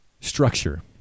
structure